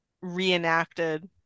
reenacted